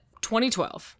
2012